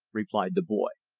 replied the boy.